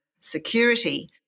security